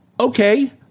Okay